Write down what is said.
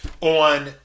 on